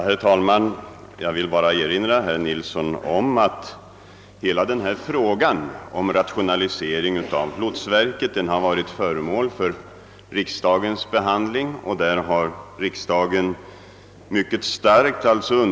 Herr talman! Jag vill erinra herr Nilsson i Bästekille om att hela denna fråga om rationalisering av lotsverket har varit föremål för riksdagens behandling. Riksdagen har därvid, med hänsyn till.